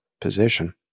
position